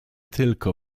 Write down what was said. tylko